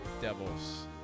devils